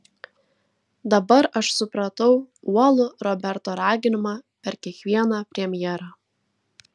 dabar aš supratau uolų roberto raginimą per kiekvieną premjerą